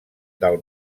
del